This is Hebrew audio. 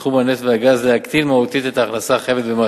בתחום הנפט והגז להקטין מהותית את ההכנסה החייבת במס.